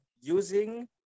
using